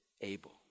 Abel